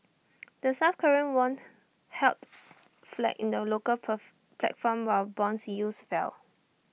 the south Korean won held flat in the local path platform while Bond yields fell